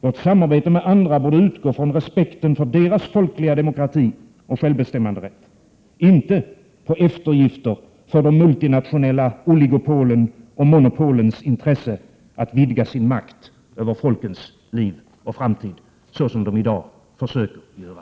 Vårt samarbete med andra borde utgå från respekten för deras folkliga demokrati och självbestämmanderätt, inte på eftergifter för de multinationella oligopolens och monopolens intressen att vidga sin makt över folkens liv och framtid — så som de i dag försöker att göra.